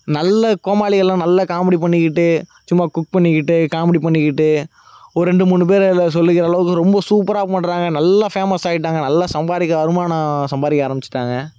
நல்ல கோமாளி எல்லாம் நல்ல காமெடி பண்ணிக்கிட்டு சும்மா குக் பண்ணிக்கிட்டு காமெடி பண்ணிக்கிட்டு ஒரு ரெண்டு மூணு பேர் அதில் சொல்லிக்கிற அளவுக்கு ரொம்ப சூப்பராக பண்ணுறாங்க நல்ல ஃபேமஸாக ஆயிட்டாங்க நல்ல சம்பாதிக்க வருமானம் சம்பாதிக்க ஆரம்பித்திட்டாங்க